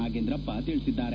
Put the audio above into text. ನಾಗೇಂದ್ರಪ್ಪ ತಿಳಿಸಿದ್ದಾರೆ